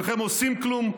אינכם עושים כלום,